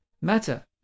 Matter